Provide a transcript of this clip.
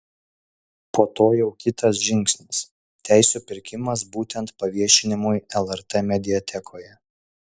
po to jau kitas žingsnis teisių pirkimas būtent paviešinimui lrt mediatekoje